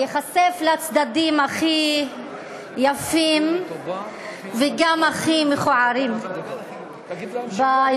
להיחשף לצדדים הכי יפים וגם הכי מכוערים באנושות,